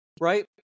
right